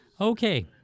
okay